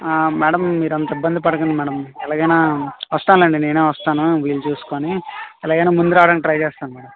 madam మీరు అంత ఇబ్బంది పడకండి మేడం ఎలాగైన వస్తాలేండి నేనే వస్తాను వీలు చూసుకొని ఎలాగైన ముందు రావడానికి ట్రై చేస్తా మేడం